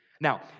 Now